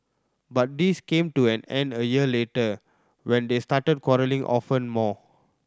but this came to an end a year later when they started quarrelling often more